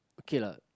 okay lah